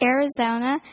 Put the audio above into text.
Arizona